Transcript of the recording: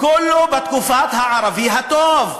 הכול בתקופת הערבי הטוב.